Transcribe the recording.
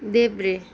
देब्रे